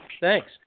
Thanks